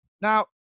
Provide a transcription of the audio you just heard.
Now